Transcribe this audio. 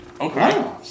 Okay